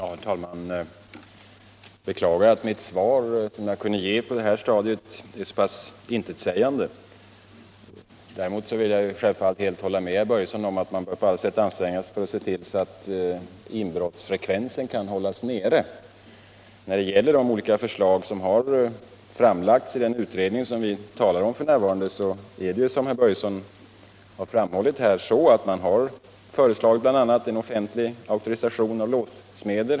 Herr talman! Jag beklagar att det svar som jag kan ge på det här stadiet är så pass intetsägande, men jag vill självfallet hålla med herr Börjesson i Falköping om att man på allt sätt bör anstränga sig för att hålla nere inbrottsfrekvensen. Beträffande de olika förslag som har framlagts i den utredning vi nu talar om är det, som herr Börjessom framhållit, så att man bl.a. föreslagit en offentlig auktorisation av låssmeder.